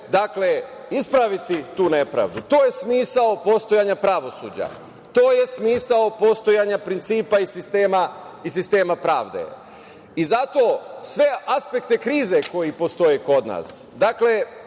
može ispraviti tu nepravdu. To je smisao postojanja pravosuđa, to je smisao postojanja principa i sistema pravde. Zato sve aspekte krize koje postoje kod nas, dakle,